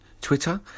Twitter